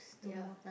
ya